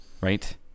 right